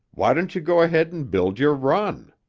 why don't you go ahead and build your run?